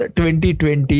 2020